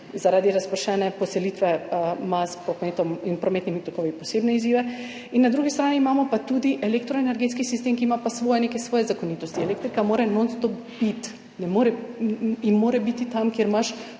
zaradi razpršene poselitve, s prometom in prometnimi tokovi posebne izzive. Na drugi strani imamo pa tudi elektroenergetski sistem, ki ima pa neke svoje zakonitosti. Elektrika mora nonstop biti in mora biti tam, kjer imaš